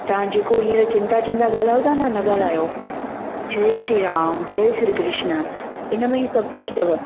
तां जेको हींअर चिंता चिंता ॻाल्हयो था न न ॻाल्हायो जय श्री राम जय श्री कृष्ण इनमें ई सभु कुझु अथव